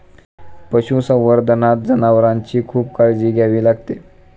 पशुसंवर्धनात जनावरांची खूप काळजी घ्यावी लागते